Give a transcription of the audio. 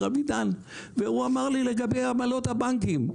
אבידן והוא אמר לי לגבי עמלות הבנקים: